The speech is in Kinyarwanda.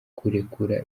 kurekura